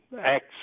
acts